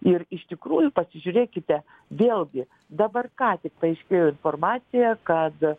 ir iš tikrųjų pasižiūrėkite vėlgi dabar ką tik paaiškėjo informacija kad